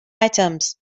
items